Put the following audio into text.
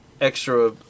extra